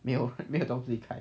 没有没有东西开